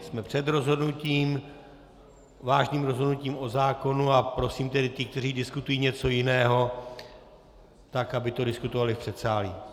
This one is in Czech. Jsme před rozhodnutím, vážným rozhodnutím o zákonu a prosím ty, kteří diskutují něco jiného, aby to diskutovali v předsálí.